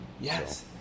Yes